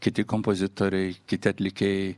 kiti kompozitoriai kiti atlikėjai